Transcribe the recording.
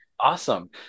awesome